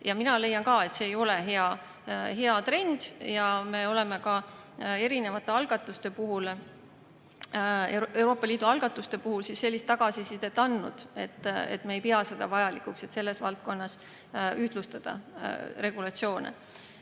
Mina leian ka, et see ei ole hea trend. Ja me oleme ka erinevate algatuste puhul, Euroopa Liidu algatuste puhul sellist tagasisidet andnud, et me ei pea seda vajalikuks, et selles valdkonnas regulatsioone